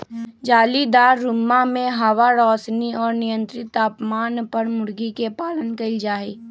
जालीदार रुम्मा में हवा, रौशनी और मियन्त्रित तापमान पर मूर्गी के पालन कइल जाहई